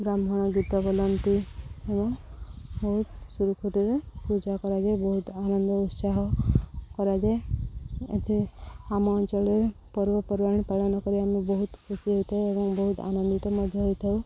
ବ୍ରାହ୍ମଣ ଗୀତ ବୋଲାନ୍ତି ଏବଂ ବହୁତ ସୁରୁଖୁରୁରେ ପୂଜା କରାଯାଏ ବହୁତ ଆନନ୍ଦ ଉତ୍ସାହ କରାଯାଏ ଏଥିରେ ଆମ ଅଞ୍ଚଳରେ ପର୍ବପର୍ବାଣି ପାଳନ କରି ଆମେ ବହୁତ ଖୁସି ହୋଇଥାଉ ଏବଂ ବହୁତ ଆନନ୍ଦିତ ମଧ୍ୟ ହୋଇଥାଉ